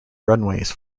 runways